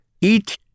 eat